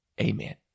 Amen